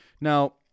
Now